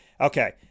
Okay